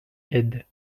aide